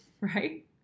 right